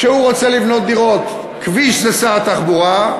כשהוא רוצה לבנות דירות כביש זה שר התחבורה,